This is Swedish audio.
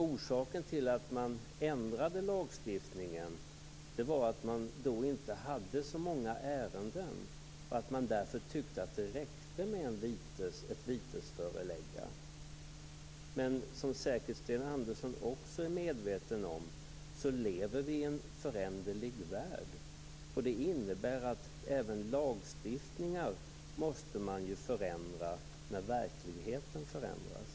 Orsaken till att man ändrade lagstiftningen var att man då inte hade så många ärenden och därför tyckte att det räckte med ett vitesföreläggande. Som Sten Andersson säkert också är medveten om lever vi i en föränderlig värld. Det innebär att även lagstiftningar måste förändras när verkligheten förändras.